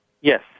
Yes